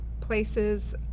places